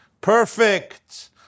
perfect